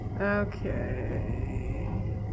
Okay